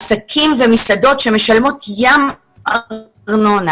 עסקים ומסעדות שמשלמים ים ארנונה,